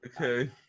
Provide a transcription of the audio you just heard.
Okay